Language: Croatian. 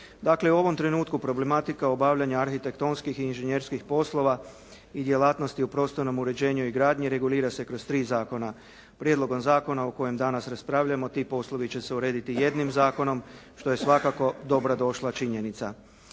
Dakle, u ovom trenutku problematika obavljanja arhitektonskih i inženjerskih poslova i djelatnosti u prostornom uređenju i gradnji regulira se kroz 3 zakona. Prijedlogom zakona o kojem danas raspravljamo. Ti poslovi će se urediti jednim zakonom što je svakako dobro došla činjenica.